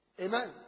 amen